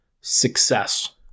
success